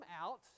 out